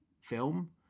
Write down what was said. film